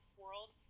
world